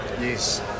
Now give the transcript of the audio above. Yes